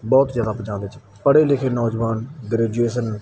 ਬਹੁਤ ਜ਼ਿਆਦਾ ਪੰਜਾਬ ਵਿੱਚ ਪੜ੍ਹੇ ਲਿਖੇ ਨੌਜਵਾਨ ਗ੍ਰੈਜੂਏਸ਼ਨ